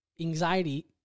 anxiety